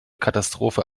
katastrophe